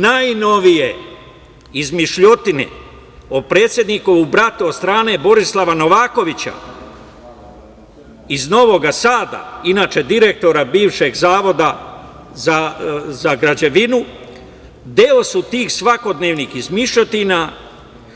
Najnovije izmišljotine o predsednikovom bratu od strane Borislava Novakovića iz Novog Sada, inače direktora bivšeg Zavoda za građevinu, deo su tih svakodnevnih izmišljotina